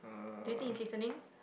do you think he's listening